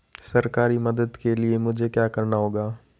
सरकारी मदद के लिए मुझे क्या करना होगा?